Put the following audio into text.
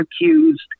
accused